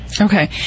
Okay